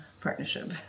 partnership